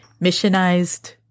missionized